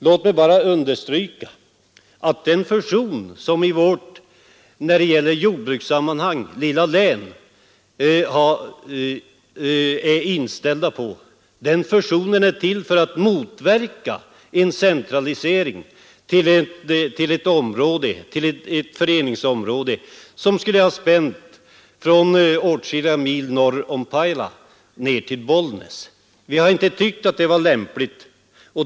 Låt mig bara understryka att den fusion som skall göras i vårt i jordbrukssammanhang lilla län är till för att motverka en centralisering till ett föreningsområde, som skulle ha spänt från åtskilliga mil norr om Pajala ned till Bollnäs. Vi har inte funnit detta vara lämpligt.